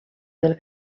del